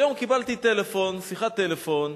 היום קיבלתי שיחת טלפון,